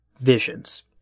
visions